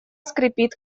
скрипит